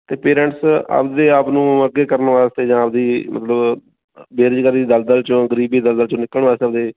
ਅਤੇ ਪੇਰੈਂਟਸ ਆਪਣੇ ਆਪ ਨੂੰ ਅੱਗੇ ਕਰਨ ਵਾਸਤੇ ਜਾਂ ਆਪਣੀ ਮਤਲਬ ਬੇਰੁਜ਼ਗਾਰੀ ਦਲਦਲ 'ਚੋਂ ਗਰੀਬੀ ਦੀ ਦਲਦਲ 'ਚੋਂ ਨਿਕਲਣ ਵੱਲ ਚਲਦੇ